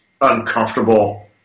uncomfortable